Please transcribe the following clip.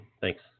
Thanks